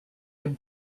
him